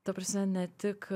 ta prasme ne tik